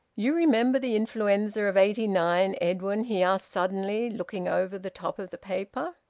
you remember the influenza of eighty nine, edwin? he asked suddenly, looking over the top of the paper.